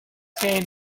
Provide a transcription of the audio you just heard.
gain